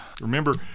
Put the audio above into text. remember